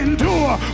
endure